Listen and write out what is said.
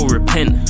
repent